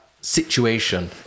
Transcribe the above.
situation